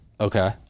okay